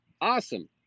Awesome